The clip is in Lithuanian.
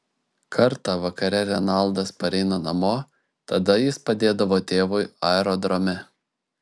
kartą vakare renaldas pareina namo tada jis padėdavo tėvui aerodrome